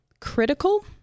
critical